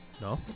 No